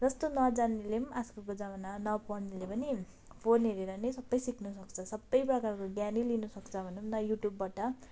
जस्तो नजान्नेले आजकलको जमानामा नपढ्नेले पनि फोन हेरेर नै सबै सिक्नु सक्छ सबै प्रकारको ज्ञान लिनु सक्छ भनौँ न युट्युबबाट